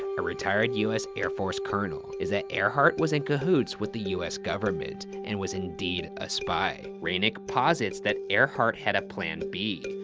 a retired us air force colonel is that earhart was in cahoots with the us government and was indeed a spy. reineck posits that earhart had a plan b,